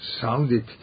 sounded